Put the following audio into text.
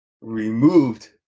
removed